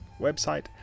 website